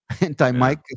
Anti-Mike